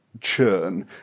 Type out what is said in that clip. churn